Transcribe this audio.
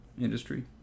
industry